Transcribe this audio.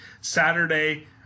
Saturday –